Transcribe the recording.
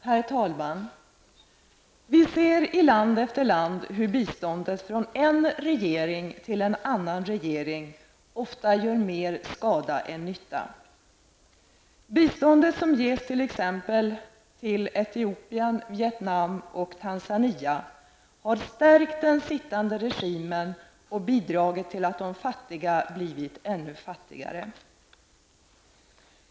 Herr talman! Vi ser i land efter land hur biståndet från en regering till en annan regering ofta gör mer skada än nytta. Biståndet som ges till t.ex. Etiopien, Vietnam och Tanzania har stärkt den sittande regimen och bidragit till att de fattiga blivit ännu fattigare.